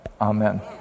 amen